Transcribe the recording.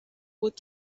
بود